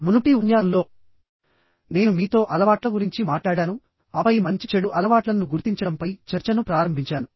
మునుపటి ఉపన్యాసంలో నేను మీతో అలవాట్లగురించి మాట్లాడానుఆపై మంచి చెడు అలవాట్లన్ను గుర్తించడంపై చర్చను ప్రారంభించాను